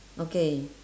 okay